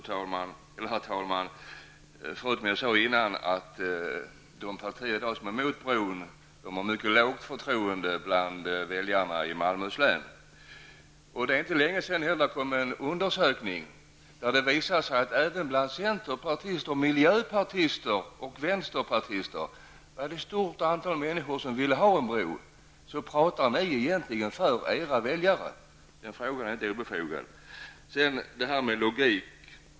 Jag sade tidigare att de partier som i dag är emot en bro har mycket lågt förtroende bland väljarna i Malmöhus län. Det är inte länge sedan det kom en undersökning som visar de att det även bland centerpartister, miljöpartister och vänsterpartister finns ett stort antal människor som vill ha en bro. Talar ni egentligen för era väljare? Det är inte obefogat att ställa den frågan.